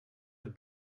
het